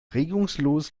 regungslos